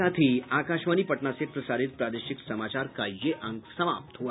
इसके साथ ही आकाशवाणी पटना से प्रसारित प्रादेशिक समाचार का ये अंक समाप्त हुआ